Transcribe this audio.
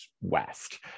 West